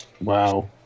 Wow